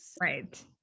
right